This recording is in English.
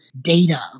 data